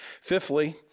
Fifthly